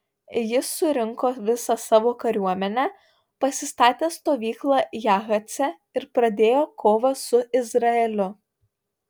jis surinko visą savo kariuomenę pasistatė stovyklą jahace ir pradėjo kovą su izraeliu